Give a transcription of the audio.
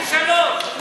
פי-שלושה.